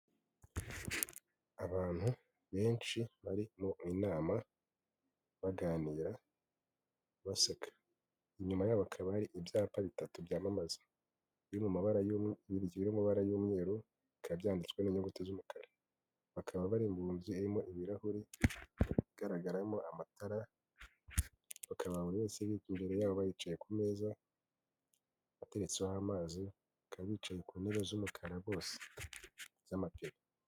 Abantu benshi bari mu inama, baganira, baseka. Inyuma yabo hakaba hari ibyapa bitatu byamamaza, biri mu nzu y'amabara y'umweru, bikaba byanditswe mu nyuguti z'umukara. Bakaba bari mu nzu irimo ibirahuri igaragaramo amatara, bakaba buri wese biga imbere yabo yicaye ku meza ateretseho amazi, bakaba bicaye ku ntebe z'umukara bose z'amapine.